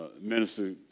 minister